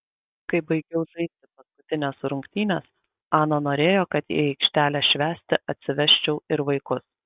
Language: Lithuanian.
kai baigiau žaisti paskutines rungtynes ana norėjo kad į aikštelę švęsti atsivesčiau ir vaikus